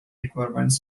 requirements